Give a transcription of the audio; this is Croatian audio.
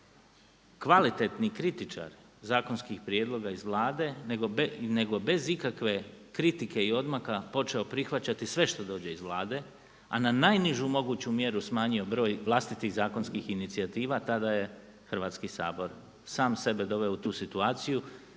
kvalitetni kritičar zakonskih prijedloga iz Vlade nego bez ikakve kritike i odmaka počeo prihvaćati sve što dođe iz Vlade, a na najnižu moguću mjeru smanjio broj vlastitih zakonskih inicijativa tada je Hrvatski sabor sam sebe doveo u tu situaciju